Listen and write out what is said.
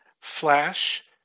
Flash